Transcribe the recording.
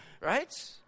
Right